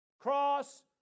cross